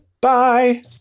Bye